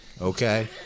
Okay